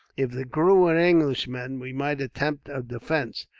if the crew were englishmen, we might attempt a defence,